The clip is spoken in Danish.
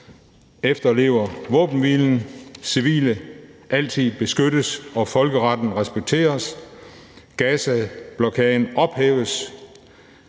efterlever våbenhvilen. - Civile altid beskyttes og folkeretten respekteres. - Gaza-blokaden ophæves.